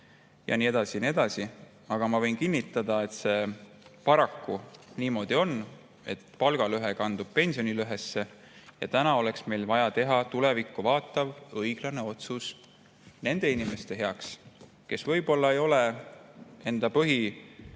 ja naistel ja nii edasi, aga ma võin kinnitada, et see paraku niimoodi on, et palgalõhe kandub pensionilõhesse. Täna oleks meil vaja teha tulevikku vaatav ja õiglane otsus nende inimeste heaks, kelle põhipostulaat